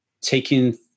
taking